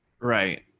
Right